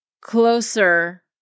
closer